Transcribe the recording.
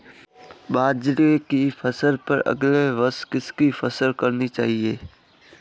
बाजरे की फसल पर अगले वर्ष किसकी फसल करनी चाहिए?